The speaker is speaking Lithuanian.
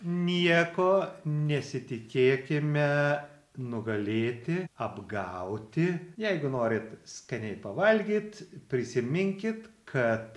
nieko nesitikėkime nugalėti apgauti jeigu norit skaniai pavalgyt prisiminkit kad